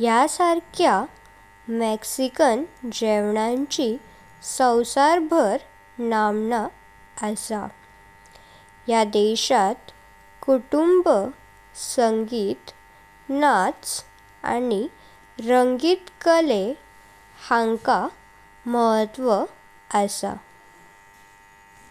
ह्या सारक्या मेक्सिकन जेवणाची सवसारभर नांमना आसा। ह्या देशात कुटुंब, संगीत, नाच आणि संगीत कला हांका महत्व आसा।